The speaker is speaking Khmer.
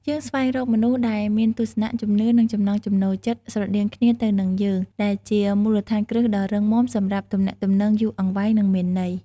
យើងស្វែងរកមនុស្សដែលមានទស្សនៈ ជំនឿ ឬចំណង់ចំណូលចិត្តស្រដៀងគ្នាទៅនឹងយើង ដែលជាមូលដ្ឋានគ្រឹះដ៏រឹងមាំសម្រាប់ទំនាក់ទំនងយូរអង្វែង និងមានន័យ។